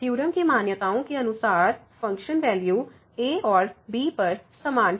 theorem की मान्यताओं के अनुसार फ़ंक्शन वैल्यू a और b पर समान हैं